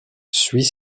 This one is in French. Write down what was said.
suit